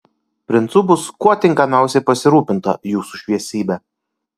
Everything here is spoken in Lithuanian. princu bus kuo tinkamiausiai pasirūpinta jūsų šviesybe